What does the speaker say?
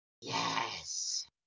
Yes